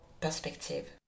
perspective